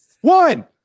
One